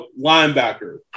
linebacker